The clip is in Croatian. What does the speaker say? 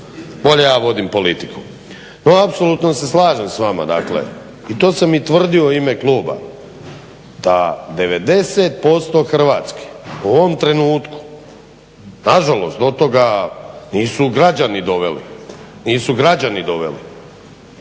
bolje ja vodim politiku. No apsolutno se slažem s vama. I to sam i tvrdio u ime kluba da 90% Hrvatske u ovom trenutku nažalost do toga nisu doveli, nego prije svega